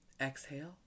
Exhale